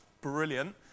brilliant